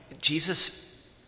Jesus